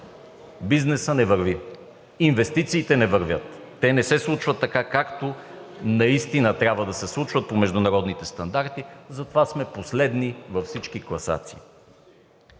бизнесът не върви, инвестициите не вървят. Те не се случват така, както наистина трябва да се случват по международните стандарти, затова сме последни във всички класации.